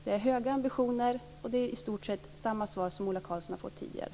Det är höga ambitioner, och det är i stort sett samma svar som Ola Karlsson har fått tidigare.